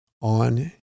on